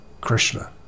Krishna